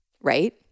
Right